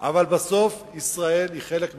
אבל ישראל היא חלק מהעולם,